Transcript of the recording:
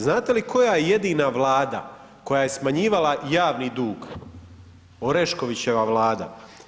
Znate li koja je jedina vlada koja je smanjivala javni dug, Oreškovićeva vlada.